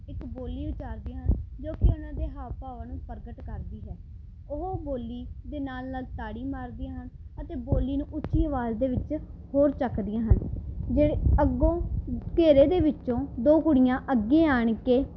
ਇੱਕ ਬੋਲੀ ਉਚਾਰਦੀਆਂ ਹਨ ਜੋ ਕਿ ਉਹਨਾਂ ਦੇ ਹਾਫ ਭਾਵਾਂ ਨੂੰ ਪ੍ਰਗਟ ਕਰਦੀ ਹੈ ਉਹ ਬੋਲੀ ਦੇ ਨਾਲ ਨਾਲ ਤਾੜੀ ਮਾਰਦੀਆਂ ਹਨ ਅਤੇ ਬੋਲੀ ਨੂੰ ਉੱਚੀ ਅਵਾਜ਼ ਦੇ ਵਿੱਚ ਹੋਰ ਚੱਕਦੀਆਂ ਹਨ ਜਿਹੜੇ ਅੱਗੋਂ ਘੇਰੇ ਦੇ ਵਿੱਚੋਂ ਦੋ ਕੁੜੀਆਂ ਅੱਗੇ ਆਣ ਕੇ